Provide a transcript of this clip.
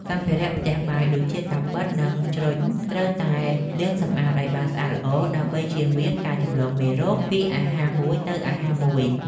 សម្ភារៈផ្ទះបាយដូចជាកាំបិតនិងជ្រញ់ត្រូវតែលាងសម្អាតឱ្យបានស្អាតល្អ ដើម្បីចៀសវាងការឆ្លងមេរោគពីអាហារមួយទៅអាហារមួយ។